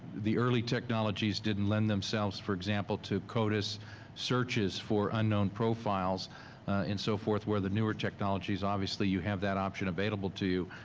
the early technologies didn't lend themselves for example, to codist's searches for unknown profiles and so forth where the newer technologies obviously you have that option available to you.